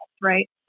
right